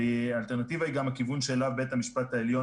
ואלטרנטיבה היא גם הכיוון שאליו בית המשפט העליון